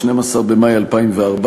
12 במאי 2014,